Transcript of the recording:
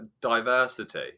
diversity